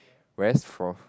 whereas for